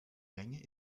länge